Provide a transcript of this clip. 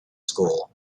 school